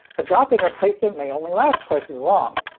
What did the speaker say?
a drop-in replacement may only last twice as long.